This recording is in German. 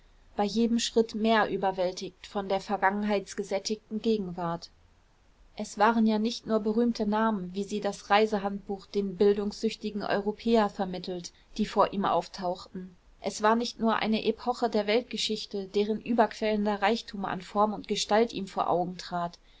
bei jedem schritt mehr überwältigt von der vergangenheitgesättigten gegenwart es waren ja nicht nur berühmte namen wie sie das reisehandbuch dem bildungssüchtigen europäer vermittelt die vor ihm auftauchten es war nicht nur eine epoche der weltgeschichte deren überquellender reichtum an form und gestalt ihm vor augen trat